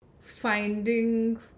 finding